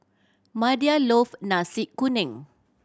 Madie love Nasi Kuning